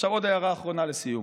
עכשיו, עוד הערה אחרונה לסיום.